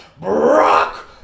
Brock